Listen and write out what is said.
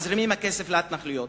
מזרימים כסף להתנחלויות.